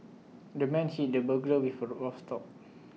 the man hit the burglar with A rough store